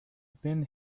been